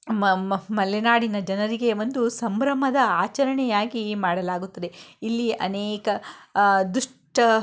ಮಲೆನಾಡಿನ ಜನರಿಗೆ ಒಂದು ಸಂಭ್ರಮದ ಆಚರಣೆಯಾಗಿ ಮಾಡಲಾಗುತ್ತದೆ ಇಲ್ಲಿ ಅನೇಕ ದುಷ್ಟ